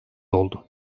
oldu